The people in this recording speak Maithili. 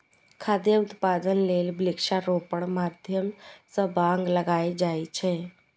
खाद्य उत्पादन लेल वृक्षारोपणक माध्यम सं बाग लगाएल जाए छै